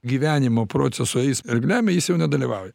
gyvenimo proceso jis ir meme jis jau nedalyvauja